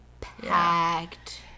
packed